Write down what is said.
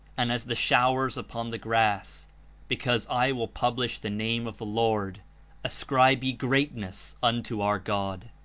and as the showers upon the grass because i will publish the name of the lord ascribe ye greatness unto our god.